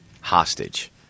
hostage